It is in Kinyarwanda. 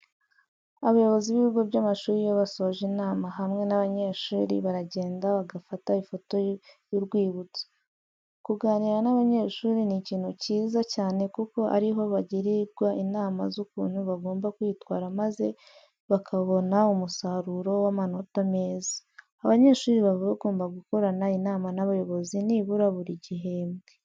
Abayobozi b'ibigo by'amashuri iyo basoje inama hamwe n'abanyeshuri baragenda bagafata ifoto y'urwibutso. Kuganira n'abanyeshuri ni ikintu cyiza cyane kuko ari ho bagirirwa inama z'ukuntu bagomba kwitwara maze bakabona umusaruro w'amanota meza. Abanyeshuri baba bagomba gukorana inama n'abayobozi nibura buri gihembwe.